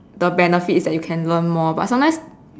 the benefit is that you can learn more but sometimes